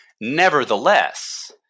Nevertheless